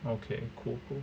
okay cool